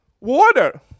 water